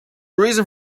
reason